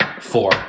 four